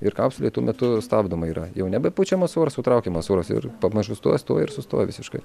ir kapsulė tuo metu stabdoma yra jau nebe pučiamas oras traukiamas oras ir pamažu stoja stoja ir sustoja visiškai